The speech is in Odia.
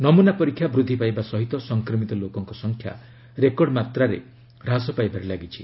ନମ୍ରନା ପରୀକ୍ଷା ବୃଦ୍ଧି ପାଇବା ସହିତ ସଂକ୍ରମିତ ଲୋକଙ୍କ ସଂଖ୍ୟା ରେକର୍ଡ ମାତ୍ରାରେ ହ୍ରାସ ପାଇବାରେ ଲାଗିଛି